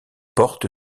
porte